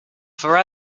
for